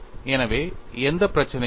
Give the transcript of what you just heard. எனவே எந்த பிரச்சனையும் இல்லை